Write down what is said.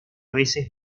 veces